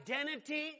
identity